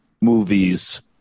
movies